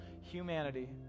humanity